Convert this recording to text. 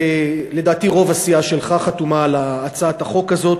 לדעתי רוב הסיעה שלך חתומה על הצעת החוק הזאת,